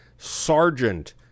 Sergeant